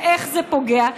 ואיך זה פוגע,